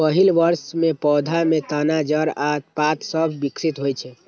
पहिल वर्ष मे पौधा मे तना, जड़ आ पात सभ विकसित होइ छै